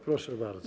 Proszę bardzo.